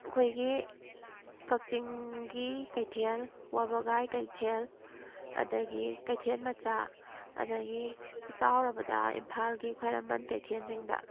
ꯑꯩꯈꯣꯏꯒꯤ ꯀꯛꯆꯤꯡꯒꯤ ꯀꯩꯊꯦꯜ ꯋꯥꯕꯒꯥꯏ ꯀꯩꯊꯦꯜ ꯑꯗꯨꯗꯒꯤ ꯀꯩꯊꯦꯜ ꯃꯆꯥ ꯑꯗꯨꯗꯒꯤ ꯆꯥꯎꯔꯕꯗ ꯏꯝꯐꯥꯜꯒꯤ ꯈ꯭ꯋꯥꯏꯔꯝꯕꯟ ꯀꯩꯊꯦꯜꯁꯤꯡꯗ